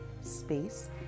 space